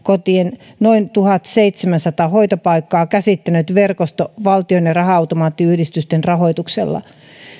noin tuhatseitsemänsataa hoitopaikkaa käsittänyt verkosto valtion ja raha automaattiyhdistyksen rahoituksella